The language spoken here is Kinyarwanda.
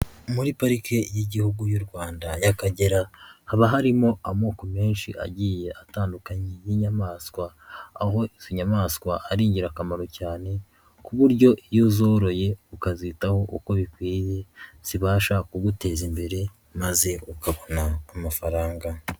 Muri pariki y'igihugu y'u Rwanda y'Akagera haba harimo amoko menshi agiye atandukanye y'inyamaswa aho izi nyamaswa ari ingirakamaro cyane ku buryo iyo uzoroye, ukazitaho uko bikwiye zibasha kuguteza imbere maze u ukabona amafaranga.